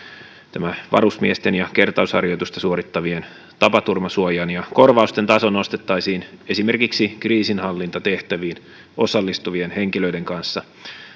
tämä varusmiesten ja kertausharjoitusta suorittavien tapaturmasuojan ja korvausten taso nostettaisiin esimerkiksi kriisinhallintatehtäviin osallistuvien henkilöiden kanssa